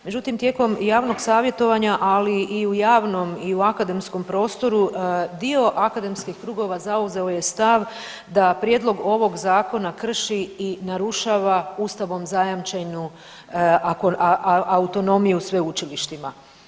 Međutim, tijekom javnog savjetovanja, ali i u javnom i u akademskom prostoru dio akademskih krugova zauzeo je stav da prijedlog ovog zakona krši i narušava ustavom zajamčenu autonomiju sveučilištima.